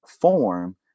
form